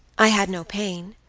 i had no pain,